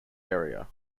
area